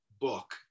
book